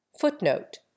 Footnote